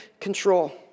control